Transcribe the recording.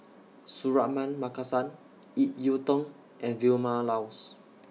Suratman Markasan Ip Yiu Tung and Vilma Laus